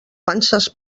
panses